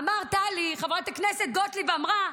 אמרת, טלי, חברת הכנסת גוטליב אמרה: